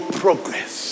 progress